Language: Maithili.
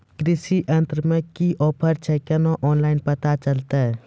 कृषि यंत्र मे की ऑफर छै केना ऑनलाइन पता चलतै?